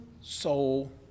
soul